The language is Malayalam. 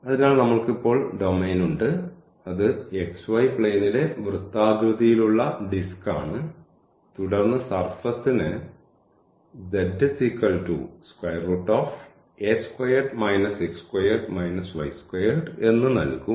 അതിനാൽ നമ്മൾക്ക് ഇപ്പോൾ ഡൊമെയ്ൻ ഉണ്ട് അത് xy പ്ലെയ്നിലെ വൃത്താകൃതിയിലുള്ള ഡിസ്ക് ആണ് തുടർന്ന് സർഫസ് ന് എന്ന് നൽകും